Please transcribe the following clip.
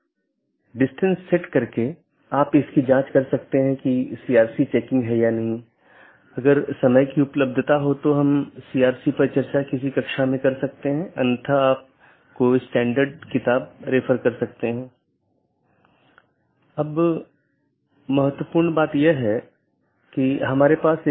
यह एक चिन्हित राउटर हैं जो ऑटॉनमस सिस्टमों की पूरी जानकारी रखते हैं और इसका मतलब यह नहीं है कि इस क्षेत्र का सारा ट्रैफिक इस क्षेत्र बॉर्डर राउटर से गुजरना चाहिए लेकिन इसका मतलब है कि इसके पास संपूर्ण ऑटॉनमस सिस्टमों के बारे में जानकारी है